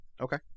Okay